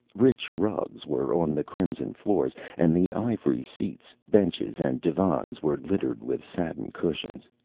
rich rugs were on the crimson floors, and the ivory seats, benches and divans were littered with satin cushions.